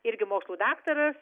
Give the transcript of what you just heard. irgi mokslų daktaras